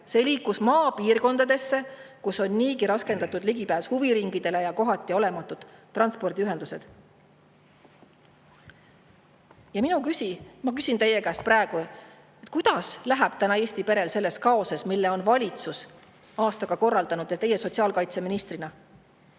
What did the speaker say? See liikus maapiirkondadesse, kus on niigi raskendatud ligipääs huviringidele ja kohati olematud transpordiühendused. Ja mina küsin teie käest praegu: kuidas läheb täna Eesti perel selles kaoses, mille on aastaga korraldanud valitsus ja teie sotsiaalkaitseministrina?